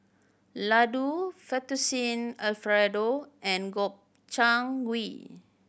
Ladoo Fettuccine Alfredo and Gobchang Gui